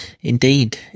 indeed